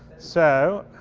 so,